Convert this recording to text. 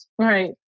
Right